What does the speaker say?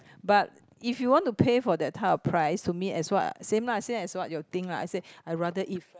but if you want to pay for that type of price to me as waht same lah same as what you think lah I rather eat